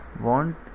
want